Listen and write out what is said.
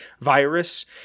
virus